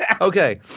Okay